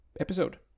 episode